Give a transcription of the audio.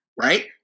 right